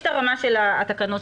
יש הרמה של התקנות,